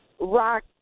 rock